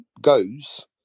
goes